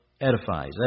edifies